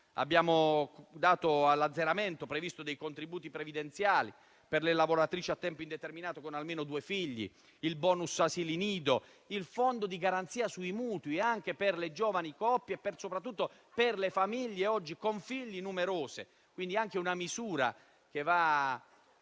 Abbiamo previsto l'azzeramento dei contributi previdenziali per le lavoratrici a tempo indeterminato con almeno due figli, il *bonus* asili nido, il fondo di garanzia sui mutui anche per le giovani coppie e soprattutto per le famiglie numerose, una misura che va